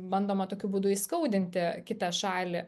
bandoma tokiu būdu įskaudinti kitą šalį